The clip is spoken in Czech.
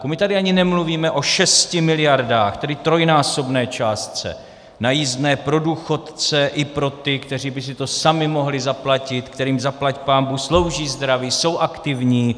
My tady ani nemluvíme o 6 miliardách, tedy trojnásobné částce na jízdné pro důchodce i pro ty, kteří by si to sami mohli zaplatit, kterým zaplať pánbůh slouží zdraví, jsou aktivní.